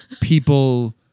people